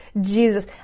Jesus